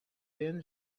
thin